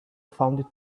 found